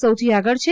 સૌથી આગળ છે